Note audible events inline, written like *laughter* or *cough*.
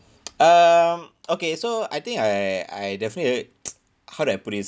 *noise* um okay so I think I I definitely had *noise* how do I put this